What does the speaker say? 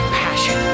passion